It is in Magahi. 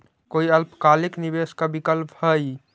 कोई अल्पकालिक निवेश ला विकल्प हई?